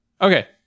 Okay